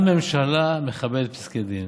גם ממשלה מכבדת פסקי דין.